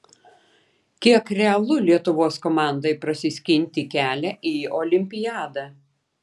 kiek realu lietuvos komandai prasiskinti kelią į olimpiadą